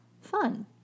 Fun